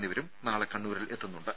എന്നിവരും നാളെ കണ്ണൂരിൽ എത്തുന്നുണ്ട്